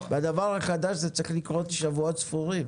בדבר החדש, זה צריך לקרות בשבועות ספורים.